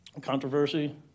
controversy